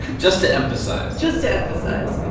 just to emphasize just to emphasize.